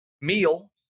meal